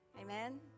Amen